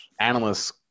analysts